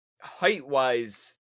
Height-wise